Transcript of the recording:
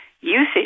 usage